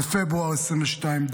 בפברואר 2022,